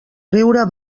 riure